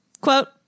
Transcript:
Quote